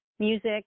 Music